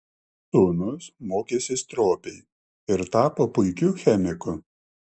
sūnus mokėsi stropiai ir tapo puikiu chemiku